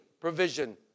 provision